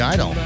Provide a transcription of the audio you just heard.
Idol